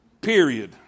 Period